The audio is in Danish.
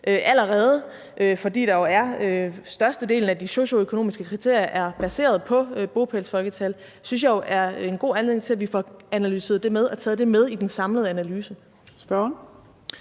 allerede, fordi størstedelen af de socioøkonomiske kriterier er baseret på bopælsfolketal, synes jeg er en god anledning til, at vi får analyseret det og taget det med i den samlede analyse.